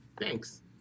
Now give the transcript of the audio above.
thanks